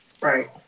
Right